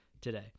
today